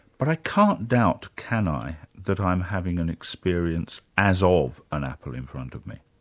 but i can't doubt, can i, that i'm having an experience as ah of an apple in front of me.